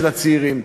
של הצעירים.